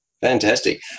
Fantastic